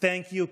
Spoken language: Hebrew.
thank you,